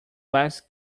less